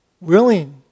willing